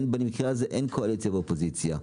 במקרה הזה אין קואליציה ואופוזיציה,